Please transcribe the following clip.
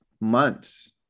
months